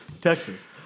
Texas